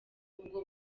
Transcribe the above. ubwo